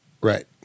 Right